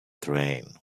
train